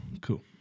cool